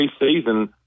preseason